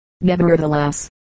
Nevertheless